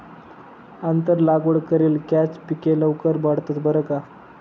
आंतर लागवड करेल कॅच पिके लवकर वाढतंस बरं का